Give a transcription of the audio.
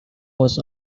was